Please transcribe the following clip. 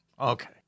Okay